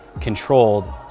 controlled